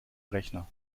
rechner